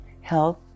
health